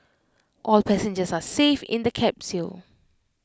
all passengers are safe in the capsule